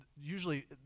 usually